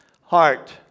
heart